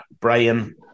Brian